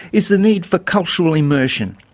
is the need for cultural immersion.